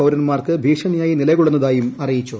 പൌരന്മാർക്ക് ഭീഷണിയായി നില കൊള്ളുന്നതായും അറിയിച്ചു